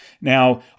Now